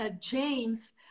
James